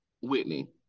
Whitney